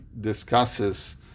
discusses